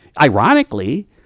ironically